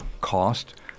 cost